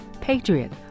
patriot